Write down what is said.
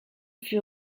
fut